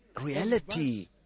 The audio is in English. reality